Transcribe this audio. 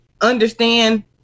understand